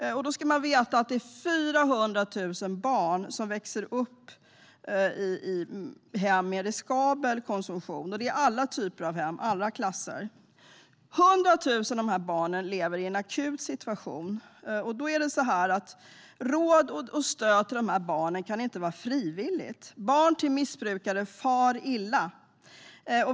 Då ska man veta att det är 400 000 barn som växer upp i familjer med riskabel konsumtion. Det är alla typer av hem och alla klasser. 100 000 av dessa barn lever i en akut situation. Då kan inte råd och stöd till dessa barn vara frivilligt. Barn till missbrukare far illa.